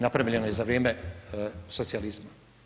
Napravljeno je za vrijeme socijalizma.